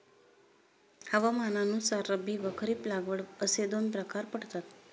हवामानानुसार रब्बी व खरीप लागवड असे दोन प्रकार पडतात